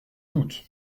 doute